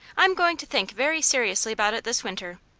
i'm going to think very seriously about it this winter,